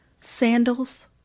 Sandals